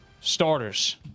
starters